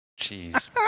Jeez